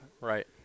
Right